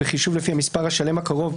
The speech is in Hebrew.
בחישוב לפי המספר השלם הקרוב,